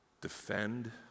Defend